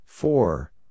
Four